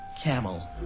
camel